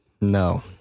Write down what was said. No